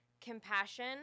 compassion